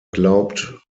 glaubt